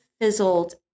fizzled